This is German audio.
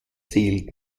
zählt